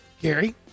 Gary